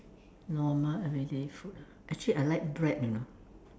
normal everyday food ah actually I like bread you know